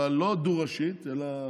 אבל לא דו-ראשית, אלא